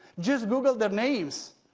just google their names,